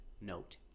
note